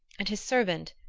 and his servant,